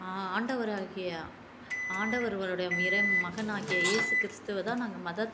ஆ ஆண்டவராகிய ஆண்டவருடைய இறை மகனாகிய ஏசு கிறுஸ்துவ தான் நாங்கள் மதத்